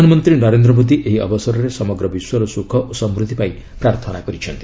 ପ୍ରଧାନମନ୍ତ୍ରୀ ନରେନ୍ଦ୍ର ମୋଦୀ ଏହି ଅବସରରେ ସମଗ୍ର ବିଶ୍ୱର ଶୁଖ ଓ ସମୃଦ୍ଧି ପାଇଁ ପ୍ରାର୍ଥନା କରିଛନ୍ତି